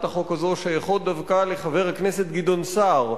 החוק הזאת שייכות דווקא לחבר הכנסת גדעון סער,